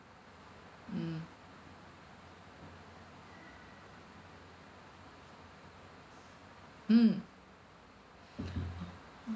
mm mm